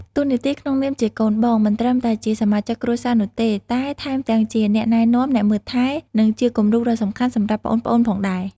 តួនាទីក្នុងនាមជាកូនបង មិនត្រឹមតែជាសមាជិកគ្រួសារនោះទេ តែថែមទាំងជាអ្នកណែនាំ អ្នកមើលថែ និងជាគំរូដ៏សំខាន់សម្រាប់ប្អូនៗផងដែរ។